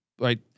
Right